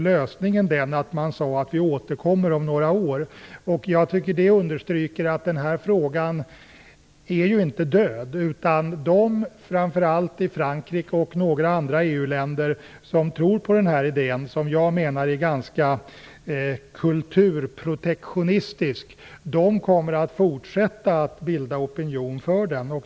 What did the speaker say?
Lösningen blev att man sade: Vi återkommer om några år. Jag tycker att detta understryker att frågan inte är död. De, framför allt i Frankrike och några andra EU länder, som tror på den här idén, vilken jag menar är ganska kulturprotektionistisk, kommer att fortsätta att bilda opinion för den.